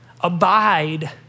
abide